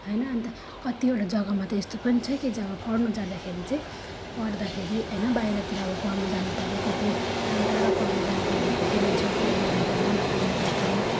हैन अनि त कतिवटा जग्गामा त यस्तो पनि छ कि जब पढ्नु जाँदाखेरि चाहिँ पढ्दाखेरि हैन बाहिरतिर अब पढ्नु जानुपर्यो कति टाढो टाढो पढ्न जानुपर्यो भने केटी मान्छे हो बाहिर जानु हुँदैन बाहिर जानु पर्दैन